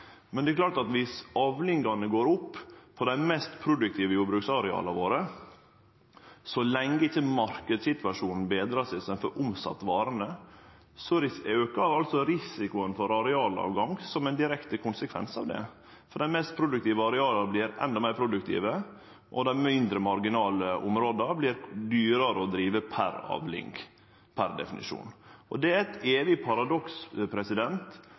Men det er klart at viss avlingane går opp på dei mest produktive jordbruksareala våre, men marknadssituasjonen ikkje betrar seg så ein får omsett varene, aukar risikoen for arealavgang som ein direkte konsekvens av det. For dei mest produktive areala vert endå meir produktive, og dei mindre marginale områda vert dyrare å drive per avling, per definisjon. Dette er eit evig paradoks